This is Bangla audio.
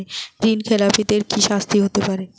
ঋণ খেলাপিদের কি শাস্তি হতে পারে?